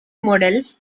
models